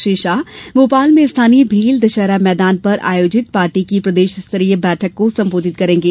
श्री शाह भोपाल में स्थानीय भेल दशहरा मैदान पर आयोजित पार्टी की प्रदेशस्तरीय बैठक को संबोधित करेंगे